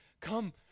Come